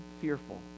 fearful